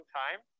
time